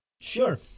Sure